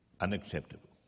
unacceptable